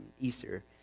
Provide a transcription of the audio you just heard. Easter